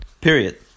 Period